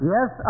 Yes